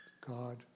God